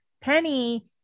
Penny